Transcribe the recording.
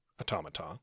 automata